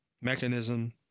mechanism